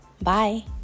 Bye